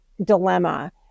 dilemma